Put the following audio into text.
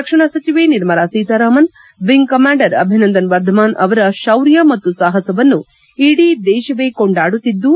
ರಕ್ಷಣಾ ಸಚಿವೆ Nirmala Sitharaman wing commander Abhinandan Varthaman ಅವರ ಶೌರ್ಯ ಮತ್ತು ಸಾಪಸವನ್ನು ಇಡೀ ದೇಶವೇ ಕೊಂಡಾಡುತ್ತಿದ್ದು